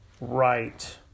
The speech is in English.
Right